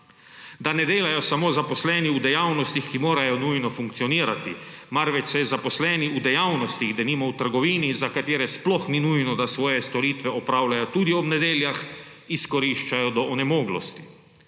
Da ne delajo samo zaposleni v dejavnostih, ki morajo nujno funkcionirati, marveč se zaposleni v dejavnostih, denimo v trgovini, za katere sploh ni nujno, da svoje storitve opravljajo tudi ob nedeljah, izkoriščajo do onemoglosti.